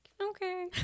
Okay